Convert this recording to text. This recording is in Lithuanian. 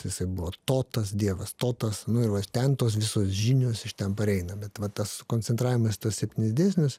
jisai buvo totas dievas totas nu ir va ten tos visos žinios iš ten pareina bet va tas sukoncentravimas į tuos septynis dėsnius